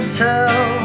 tell